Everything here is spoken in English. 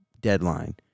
deadline